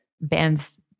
bands